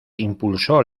impulsó